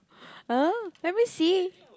(huh) let me see